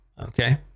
Okay